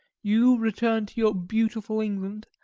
you return to your beautiful england,